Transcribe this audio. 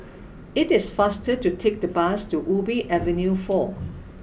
it is faster to take the bus to Ubi Avenue four